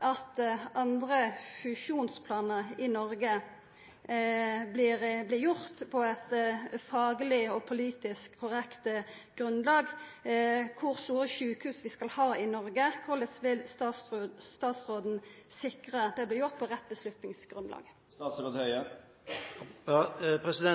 at andre fusjonsplanar i Noreg vert gjorde på eit fagleg og politisk korrekt grunnlag, kor store sjukehus vi skal ha i Noreg, og korleis statsråden vil sikra at det vert gjort på rett avgjerdsgrunnlag. Jeg